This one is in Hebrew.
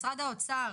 משרד האוצר,